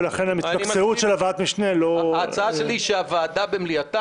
ולכן ההתמקצעות של ועדת המשנה --- ההצעה שלי שהוועדה במליאתה,